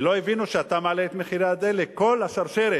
ולא הבינו: כשאתה מעלה את מחירי הדלק, כל השרשרת